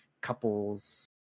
couples